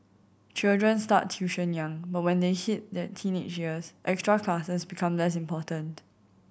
children start tuition young but when they hit their teenage years extra classes become less important